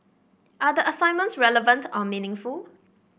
are the assignments relevant or meaningful